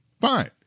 Fine